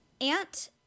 Ant